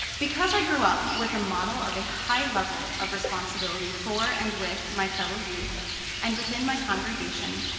because i grew up with a model of a high level of responsibility for and with my fellow youth and within my congregation,